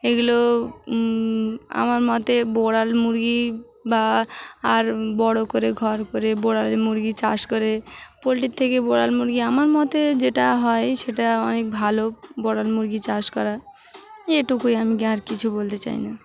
এইগুলো আমার মতে বোড়াল মুরগি বা আর বড় করে ঘর করে বোড়ালের মুরগি চাষ করে পোলট্রির থেকে বোড়াল মুরগি আমার মতে যেটা হয় সেটা অনেক ভালো বোড়াল মুরগি চাষ করা এটুকুই আমি আর কিছু বলতে চাই না